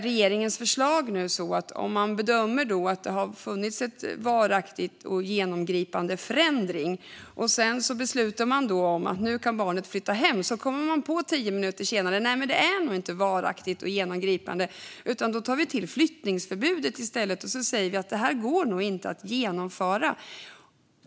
Regeringens förslag handlar om att om man bedömer att det har funnits en varaktig och genomgripande förändring och därför beslutar att barnet kan flytta hem, men tio minuter senare kommer på att det nog inte är varaktigt och genomgripande, så kan man i stället ta till flyttningsförbud och säga att det nog inte går att genomföra.